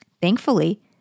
Thankfully